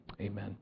Amen